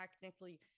technically